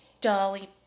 Dolly